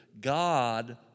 God